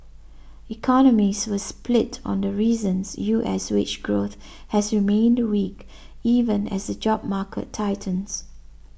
economists were split on the reasons U S wage growth has remained weak even as the job market tightens